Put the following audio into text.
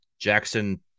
Jackson